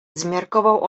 zmiarkował